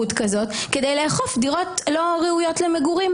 כדי לאכוף דירות לא ראויות למגורים.